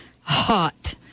hot